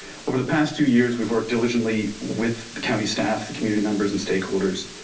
over the past two years, we've worked diligently with the county staff, the community members and stakeholders.